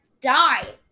die